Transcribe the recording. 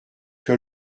que